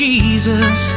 Jesus